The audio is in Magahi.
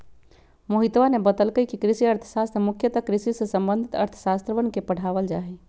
मोहितवा ने बतल कई कि कृषि अर्थशास्त्र में मुख्यतः कृषि से संबंधित अर्थशास्त्रवन के पढ़ावल जाहई